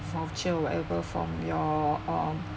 voucher or whatever from your uh